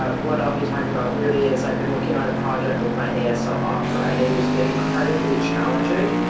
um what i'll be talking about really is i've been working on a project with my asl opera, and it has been incredibly challenging.